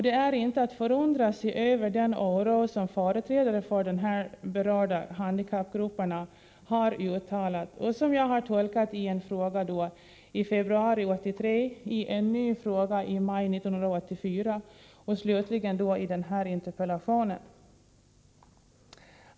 Det är inte att förundra sig över den oro som företrädare för berörda handikappgrupper har uttalat och som jag har tolkat i en fråga i februari 1983, i en ny fråga i maj 1984 och slutligen i denna interpellation.